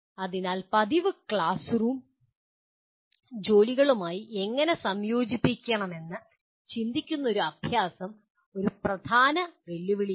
അതിനാൽ പതിവ് classroom ജോലികളുമായി എങ്ങനെ സംയോജിപ്പിക്കാമെന്ന് ചിന്തിക്കുന്ന അഭ്യാസം ഒരു പ്രധാന വെല്ലുവിളിയാണ്